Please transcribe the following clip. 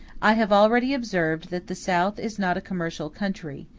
i have already observed that the south is not a commercial country,